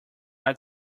are